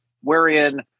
wherein